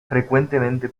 frecuentemente